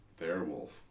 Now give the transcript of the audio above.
Werewolf